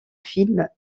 films